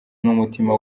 n’umutima